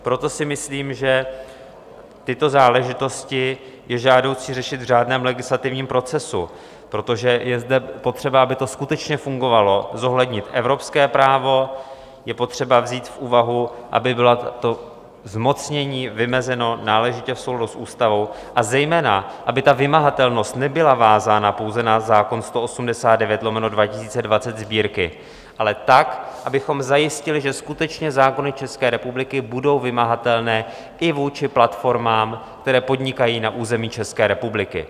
Proto si myslím, že tyto záležitosti je žádoucí řešit v řádném legislativním procesu, protože je potřeba, aby to skutečně fungovalo zohlednit evropské právo, je potřeba vzít v úvahu, aby bylo zmocnění vymezeno náležitě v souladu s ústavou, a zejména aby vymahatelnost nebyla vázána pouze na zákon č. 189/2020 Sb., ale tak, abychom zajistili, že skutečně zákony České republiky budou vymahatelné i vůči platformám, které podnikají na území České republiky.